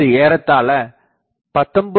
இது ஏறத்தாழ 19